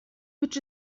which